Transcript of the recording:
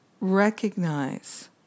recognize